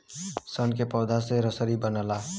सन के पौधा से रसरी बनला